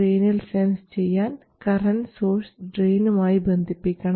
ഡ്രയിനിൽ sense ചെയ്യാൻ current source ഡ്രയിനുമായി ബന്ധിപ്പിക്കണം